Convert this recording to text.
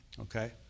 okay